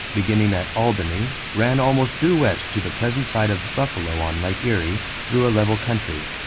beginning at albany, ran almost due west to the present site of buffalo on lake erie, through a level country.